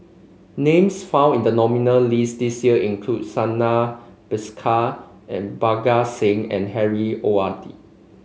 names found in the nominee' list this year include Santha Bhaskar and Parga Singh and Harry O R D